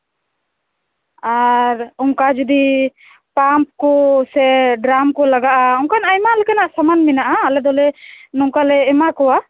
ᱟᱨ ᱚᱝᱠᱟ ᱡᱩᱫᱤ ᱯᱟᱢᱯ ᱠᱚ ᱥᱮ ᱰᱨᱟᱢ ᱠᱚ ᱞᱟᱜᱟᱜᱼᱟ ᱚᱝᱠᱟᱱᱟᱜ ᱟᱭᱢᱟ ᱞᱮᱠᱟᱱᱟᱜ ᱥᱟᱢᱟᱱ ᱢᱮᱱᱟᱜᱼᱟ ᱟᱞᱮ ᱫᱚᱞᱮ ᱱᱚᱝᱠᱟᱞᱮ ᱮᱢᱟᱠᱚᱣᱟ